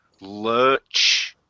lurch